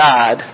God